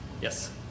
Yes